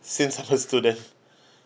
since I'm a student